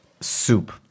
soup